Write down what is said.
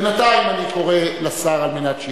בינתיים אני קורא לשר על מנת שישיב,